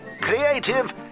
creative